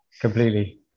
completely